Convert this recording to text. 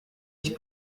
ich